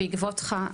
בעקבותיך,